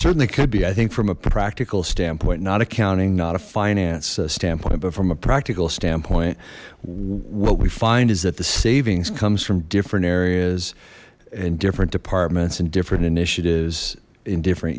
certainly could be i think from a practical standpoint not accounting not a finance standpoint but from a practical standpoint what we find is that the savings comes from different areas in different departments and different initiatives in different